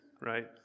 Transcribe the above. right